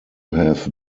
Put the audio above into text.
have